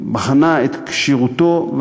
שבחנה את כשירותו.